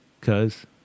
cause